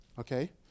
Okay